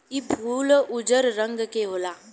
इ फूल उजर रंग के होला